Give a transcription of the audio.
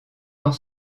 dans